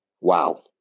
Wow